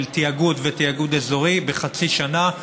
של תיאגוד ותיאגוד אזורי בחצי שנה,